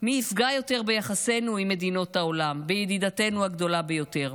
מי יפגע יותר ביחסינו עם מדינות העולם ועם ידידתנו הגדולה ביותר.